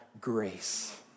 grace